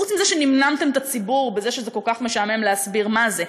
חוץ מזה שנמנמתם את הציבור בזה שזה כל כך משעמם להסביר מה זה.